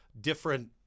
different